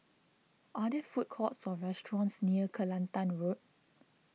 are there food courts or restaurants near Kelantan Road